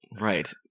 Right